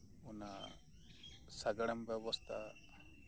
ᱚᱱᱟ ᱥᱟᱜᱟᱲᱚᱢ ᱵᱮᱵᱚᱥᱛᱷᱟ